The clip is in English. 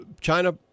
China